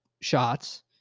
shots